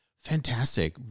fantastic